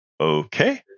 okay